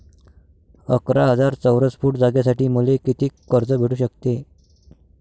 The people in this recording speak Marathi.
अकरा हजार चौरस फुट जागेसाठी मले कितीक कर्ज भेटू शकते?